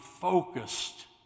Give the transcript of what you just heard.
focused